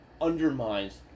undermines